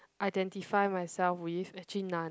identify myself with actually none